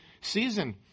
season